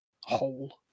whole